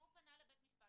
ואדם פרטי פונה לבית המשפט,